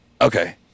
Okay